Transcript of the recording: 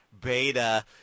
Beta